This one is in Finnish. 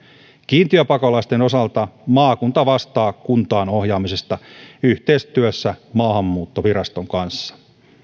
kiintiöpakolaisten osalta maakunta vastaa kuntaan ohjaamisesta yhteistyössä maahanmuuttoviraston kanssa